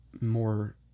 more